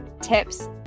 tips